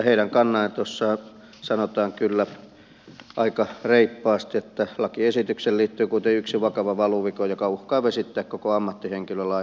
heidän kannanotossaan sanotaan kyllä aika reippaasti että lakiesitykseen liittyy kuitenkin yksi vakava valuvika joka uhkaa vesittää koko ammattihenkilölain perustan